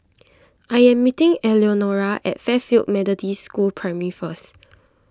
I am meeting Eleonora at Fairfield Methodist School Primary first